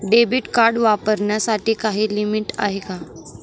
Debit card वापरण्यासाठी काही limit आहे का?